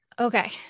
Okay